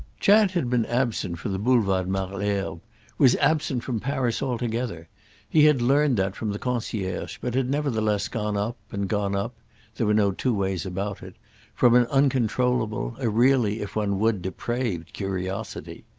chad had been absent from the boulevard malesherbes was absent from paris altogether he had learned that from the concierge, but had nevertheless gone up, and gone up there were no two ways about it from an uncontrollable, a really, if one would, depraved curiosity.